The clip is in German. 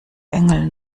engel